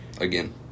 again